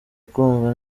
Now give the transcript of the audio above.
kumva